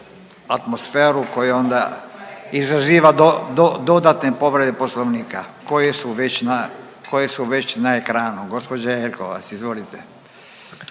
atmosferu koja onda izaziva dodatne povrede Poslovnika koje su već na, koje su već na ekranu. Gospođa Jelkovac, izvolite.